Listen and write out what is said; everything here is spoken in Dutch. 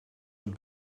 het